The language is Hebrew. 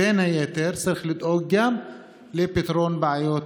בין היתר, צריך לדאוג גם לפתרון בעיות